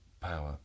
power